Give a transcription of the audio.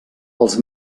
els